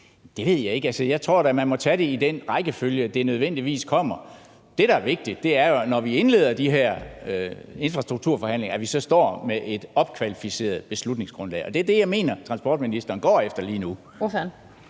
Det ved jeg ikke – altså, jeg tror da, at man må tage det i den rækkefølge, det nødvendigvis kommer i. Det, der er vigtigt, er jo, at vi, når vi indleder de her infrastrukturforhandlinger, så står med et opkvalificeret beslutningsgrundlag. Og det er det, jeg mener at transportministeren går efter lige nu.